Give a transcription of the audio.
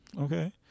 okay